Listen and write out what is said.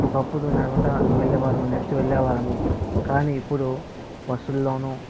ఒకప్పుడు నడవడం వెళ్ళే వాళ్ళము నడిచి వెళ్ళే వాళ్ళము కానీ ఇప్పుడు బస్సుల్లోను